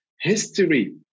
history